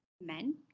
men